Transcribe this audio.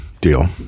deal